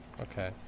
Okay